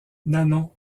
nanon